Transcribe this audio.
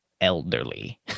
elderly